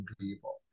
people